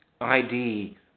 ID